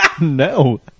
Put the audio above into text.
no